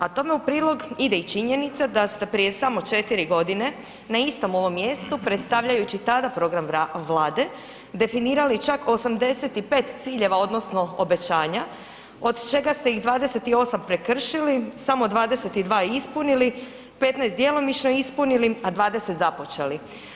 A tome u prilog ide i činjenica da ste prije samo 4 godine na istom ovom mjestu, predstavljajući tada program Vlade, definirali čak 85 ciljeva, odnosno obećanja, od čega ste ih 28 prekršili, samo 22 ispunili, 15 djelomično ispunili, a 20 započeli.